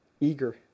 eager